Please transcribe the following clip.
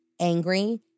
Angry